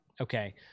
Okay